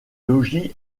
logis